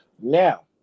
Now